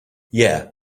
yeah